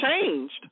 changed